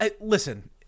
listen